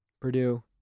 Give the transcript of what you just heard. Purdue